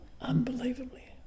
Unbelievably